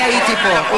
אני הייתי פה.